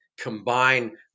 combine